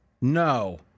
No